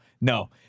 no